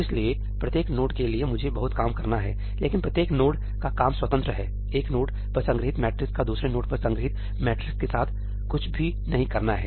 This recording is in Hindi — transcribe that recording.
इसलिए प्रत्येक नोड के लिए मुझे बहुत काम करना है लेकिन प्रत्येक नोड का काम स्वतंत्र है एक नोड पर संग्रहीत मैट्रिक्स का दूसरे नोड पर संग्रहीत मैट्रिक्स के साथ कुछ भी नहीं करना है